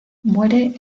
muere